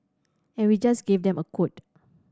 and we just gave them a quote